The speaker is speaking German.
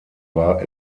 war